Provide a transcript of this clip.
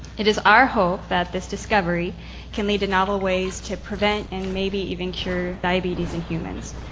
it is our hope that this discovery can lead to novel ways to prevent and maybe even cure diabetes in humans.